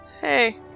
hey